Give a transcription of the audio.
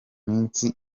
minsi